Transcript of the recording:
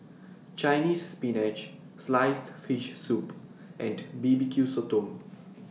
Chinese Spinach Sliced Fish Soup and B B Q Sotong